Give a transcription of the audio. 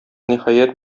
ниһаять